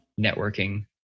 networking